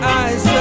eyes